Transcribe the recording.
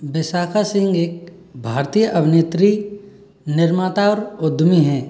विशाखा सिंह एक भारतीय अभिनेत्री निर्माता और उद्यमी हैं